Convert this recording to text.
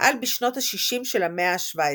שפעל בשנות השישים של המאה ה-17.